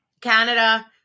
Canada